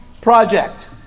project